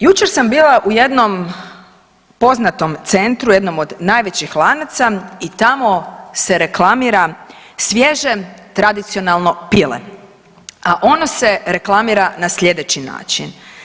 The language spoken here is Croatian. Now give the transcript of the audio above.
Jučer sam bila u jednom poznatom centru, jednom od najvećih lanaca i tamo se reklamira svježe tradicionalno pile, a ono se reklamira na slijedeći način.